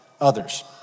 others